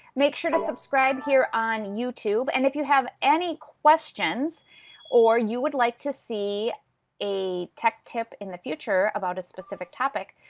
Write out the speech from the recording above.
make sure to subscribe here on youtube and if you have any questions or you would like to see a tech tip in the future about a specific topic,